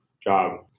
job